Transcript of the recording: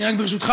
רק ברשותך,